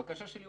הבקשה שלי,